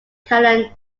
canon